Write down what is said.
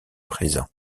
présents